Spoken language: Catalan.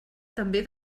també